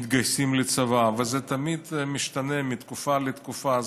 שמתגייסים לצבא, וזה תמיד משתנה, מתקופה לתקופה.